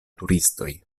turistoj